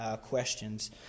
questions